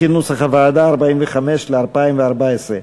סעיף 45, ל-2014,